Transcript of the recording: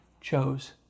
chose